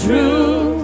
True